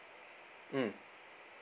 mm